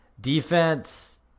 Defense